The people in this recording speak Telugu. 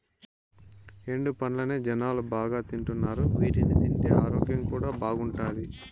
ఎండు పండ్లనే జనాలు బాగా తింటున్నారు వీటిని తింటే ఆరోగ్యం కూడా బాగుంటాది